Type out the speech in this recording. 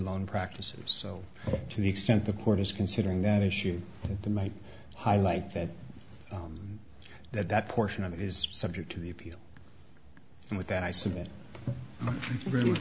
loan practices so to the extent the court is considering that issue the might highlight that that that portion of it is subject to the appeal and with that i submit really